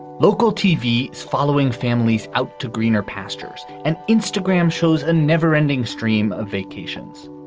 local tv following families out to greener pastures and instagram shows a never ending stream of vacations.